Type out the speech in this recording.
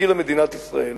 השכילה מדינת ישראל